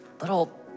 little